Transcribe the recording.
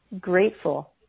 grateful